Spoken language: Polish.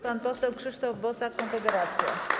Pan poseł Krzysztof Bosak, Konfederacja.